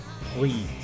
Please